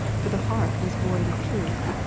for the heart was void of truth.